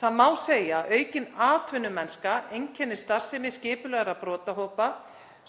Það má segja að aukin atvinnumennska einkenni starfsemi skipulagðra brotahópa,